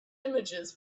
images